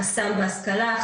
חסם בהשכלה,